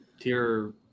tier